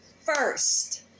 first